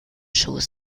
schoß